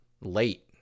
late